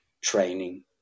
training